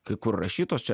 kai kur rašytos čia